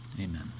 Amen